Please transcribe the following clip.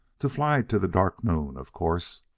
to fly to the dark moon, of course